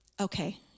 Okay